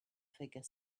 figure